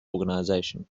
organisation